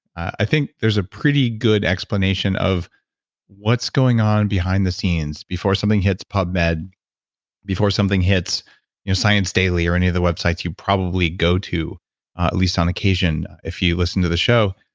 i think there's a pretty good explanation of what's going on behind the scenes before something hits pubmed, before something hits science daily, or any of the websites you probably go to, at least on occasion if you listen to the show